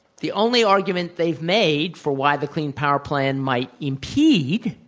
the only argument they've made for why the clean power plan might impede